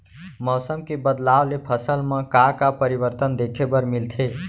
मौसम के बदलाव ले फसल मा का का परिवर्तन देखे बर मिलथे?